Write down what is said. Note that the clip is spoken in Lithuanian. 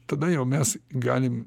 tada jau mes galim